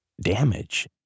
damage